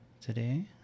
today